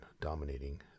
dominating